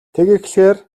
тэгэхлээр